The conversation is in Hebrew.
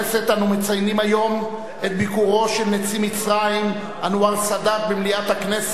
אנו מציינים היום את ביקורו של נשיא מצרים אנואר סאדאת במליאת הכנסת,